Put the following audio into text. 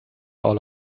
all